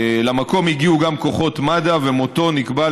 למקום הגיעו גם כוחות מד"א ומותו נקבע,